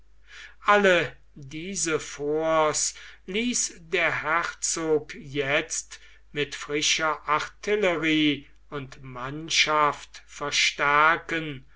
alle diese forts ließ der herzog jetzt mit frischer artillerie und mannschaft verstärken